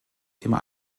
immer